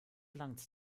langts